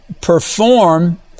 perform